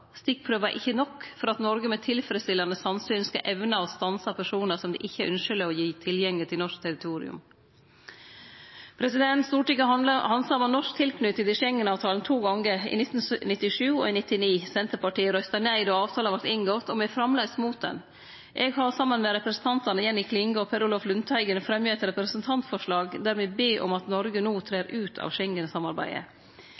Stikkprøver er ikkje nok for at Noreg med tilfredsstillande sannsyn skal evne å stanse personar som det ikkje er ynskjeleg å gi tilgjenge til norsk territorium. Stortinget handsama norsk tilknyting til Schengen-avtalen to gonger, i 1997 og i 1999. Senterpartiet røysta nei då avtalen vart inngått, og me er framleis mot han. Eg har, saman med representantane Jenny Klinge og Per Olaf Lundteigen, fremja eit representantforslag der me ber om at Noreg no